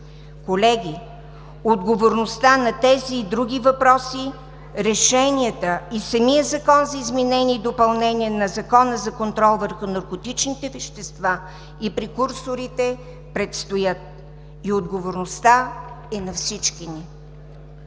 Колеги, отговорността на тези и други въпроси, решенията и самият Закон за изменение и допълнение на Закона за контрол върху наркотичните вещества и прекурсорите предстоят. Отговорността е на всички ни!